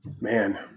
Man